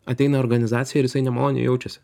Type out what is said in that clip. ateina organizacija ir jisai nemaloniai jaučiasi